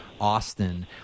Austin